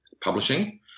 publishing